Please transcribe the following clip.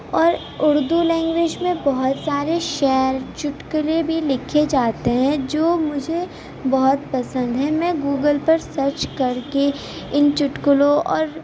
اور اردو لینگویج میں بہت سارے شعر چٹکلے بھی لکھے جاتے ہیں جو مجھے بہت پسند ہیں میں گوگل پر سرچ کر کے ان چٹکلوں اور